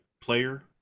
player